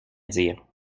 dire